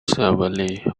severely